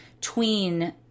tween